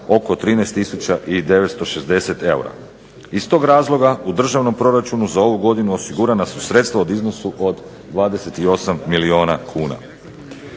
i 960 eura. Iz tog razloga u državnom proračunu za ovu godinu osigurana su sredstva u iznosu od 28 milijuna kuna.